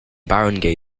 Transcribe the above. barangay